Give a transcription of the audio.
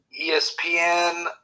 ESPN